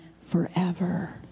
forever